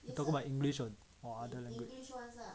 you talk about english or or other language